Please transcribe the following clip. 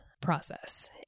process